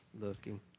looking